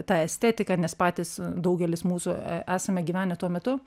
ta estetika nes patys daugelis mūsų esame gyvenę tuo metu